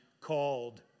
called